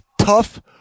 tough